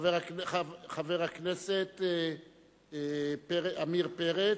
חבר הכנסת עמיר פרץ.